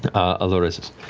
allura says,